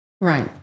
Right